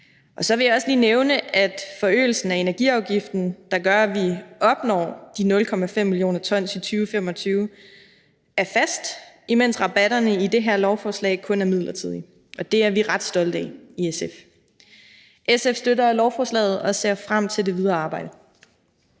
Så vil jeg også lige nævne, at forøgelsen af energiafgiften, der gør, at vi opnår de 0,5 mio. t i 2025, er fast, mens rabatterne i det her lovforslag kun er midlertidige. Det er vi ret stolte af i SF. SF støtter lovforslaget og ser frem til det videre arbejde.